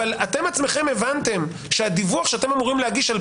אבל אתם עצמכם הבנתם שהדיווח שאתם אמורים להגיש על